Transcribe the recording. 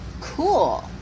Cool